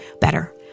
better